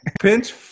pinch